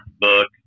book